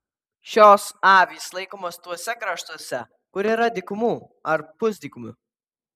šios avys laikomos tuose kraštuose kur yra dykumų ar pusdykumių